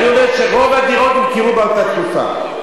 אני אומר שרוב הדירות נמכרו באותה תקופה.